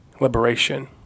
liberation